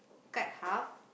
cut half